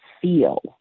feel